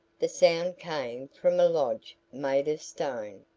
the sound came from a lodge made of stone,